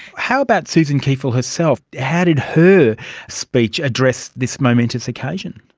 how about susan kiefel herself, how did her speech address this momentous occasion?